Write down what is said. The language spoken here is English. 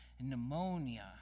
pneumonia